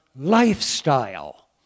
Lifestyle